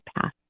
path